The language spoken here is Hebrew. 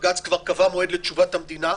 ובג"ץ כבר קבע מועד לתשובת המדינה.